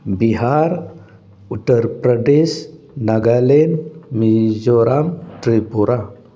Bihar Uttar Pradesh Nagaland Mizoram Tripura